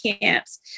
camps